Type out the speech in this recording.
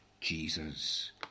Jesus